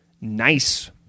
nice